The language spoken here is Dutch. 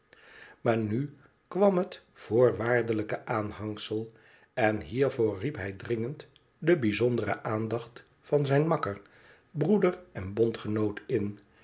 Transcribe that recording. maar nu kwam het voorwaardelijke aanhangsel en hiervoor riep hij dringend de bijzondere aandacht van zijn makker broeder en bondgenoot in